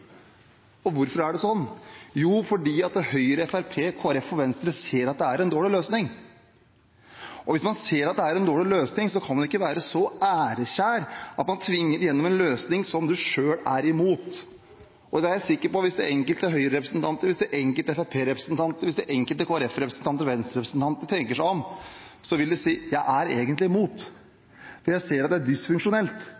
og forsvarer det. Hvorfor er det sånn? Jo, fordi Høyre, Fremskrittspartiet, Kristelig Folkeparti og Venstre ser at det er en dårlig løsning. Hvis en ser at det er en dårlig løsning, kan en ikke være så ærekjær at en tvinger igjennom en løsning som en selv er imot. Jeg er sikker på at hvis enkelte Høyre-representanter, enkelte Fremskrittsparti-representanter, enkelte Kristelig Folkeparti-representanter og Venstre-representanter tenker seg om, vil de si: Jeg er egentlig